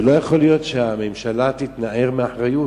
ולא יכול להיות שהממשלה תתנער מאחריות.